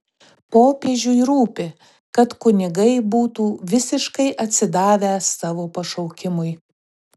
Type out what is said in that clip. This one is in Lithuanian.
popiežiui rūpi kad kunigai būtų visiškai atsidavę savo pašaukimui